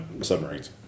submarines